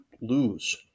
lose